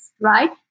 right